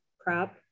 crop